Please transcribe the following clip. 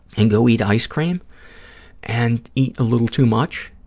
and go eat ice cream and eat a little too much,